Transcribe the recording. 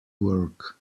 work